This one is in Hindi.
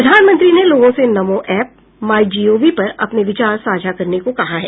प्रधानमंत्री ने लोगों से नमो ऐप माइ जीओवी पर अपने विचार साझा करने को कहा है